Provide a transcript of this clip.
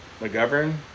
McGovern